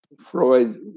Freud